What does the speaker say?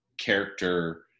character